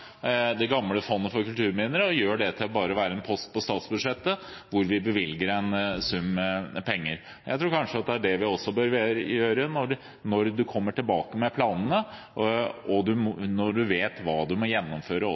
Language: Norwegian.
det gamle fondet for kulturminner og gjorde det til bare å være en post på statsbudsjettet hvor vi bevilger en sum penger. Jeg tror det kanskje er det vi også bør gjøre når vi kommer tilbake med planene, og når vi vet hva vi må gjennomføre